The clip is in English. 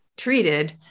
treated